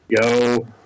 go